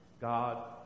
God